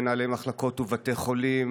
מנהלי מחלקות בבתי חולים,